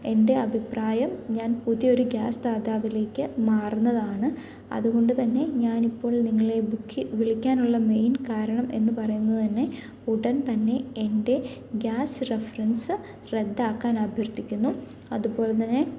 എൻ്റെ അഭിപ്രായം ഞാൻ പുതിയൊരു ഗ്യാസ് ദാതാവിലേക്ക് മാറുന്നതാണ് അതുകൊണ്ട് തന്നെ ഞാനിപ്പോൾ നിങ്ങളെ വിളിക്കാനുള്ള മെയിൻ കാരണം എന്ന് പറയുന്നത് തന്നെ ഉടൻ തന്നെ എൻ്റെ ഗ്യാസ് റഫറൻസ് റദ്ദാക്കാൻ അഭ്യർത്ഥിക്കുന്നു അതുപോലെത്തന്നെ